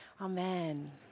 Amen